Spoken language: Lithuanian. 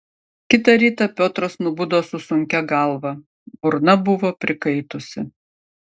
kitą rytą piotras nubudo su sunkia galva burna buvo prikaitusi